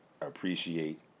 appreciate